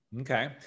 okay